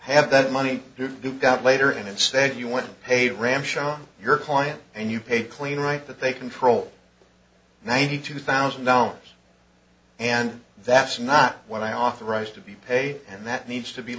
have that money to do that later and instead you went paid ramp shot your client and you paid clean right that they control ninety two thousand dollars and that's not what i offer rise to be paid and that needs to be